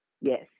Yes